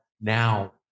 now